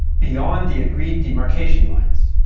beyond the agreed demarcation line.